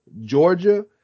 Georgia